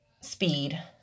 speed